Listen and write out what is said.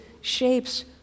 shapes